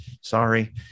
Sorry